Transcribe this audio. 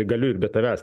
galiu ir be tavęs